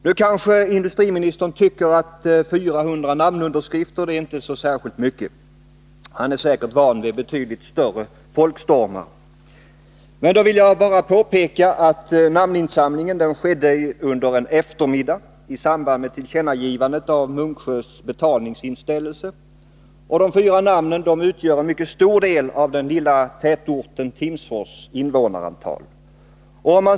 Nu kanske industriministern tycker att 400 namnunderskrifter inte är så särskilt mycket — han är säkert van vid betydligt större folkstormar. Men då vill jag bara påpeka att namninsamlingen skedde under en eftermiddag i samband med tillkännagivandet av Munksjös betalningsinställelse och att de 400 namnen utgör en mycket stor del av den lilla tätorten Timsfors invånarantal.